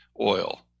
oil